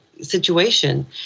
situation